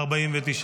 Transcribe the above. נתקבלה.